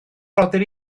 roddir